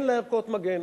אין להם ערכות מגן.